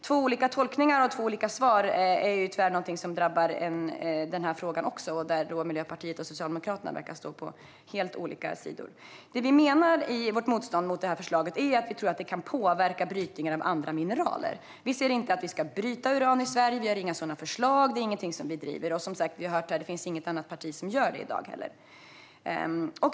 Två olika tolkningar och två olika svar är tyvärr något som drabbar även den här frågan, och Miljöpartiet och Socialdemokraterna verkar stå på helt olika sidor. Det vi menar i vårt motstånd mot det här förslaget är att vi tror att det kan påverka brytningen av andra mineraler. Vi säger inte att vi ska bryta uran i Sverige. Vi har inga sådana förslag. Det är ingenting som vi driver. Som vi har hört finns det heller inget annat parti som gör det i dag.